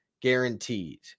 guaranteed